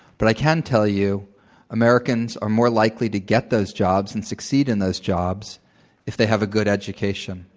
but i can tell you americans are more likely to get those jobs and succeed in those jobs if they have a good education,